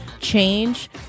change